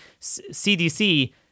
CDC